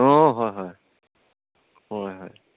অঁ হয় হয় হয় হয়